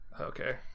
okay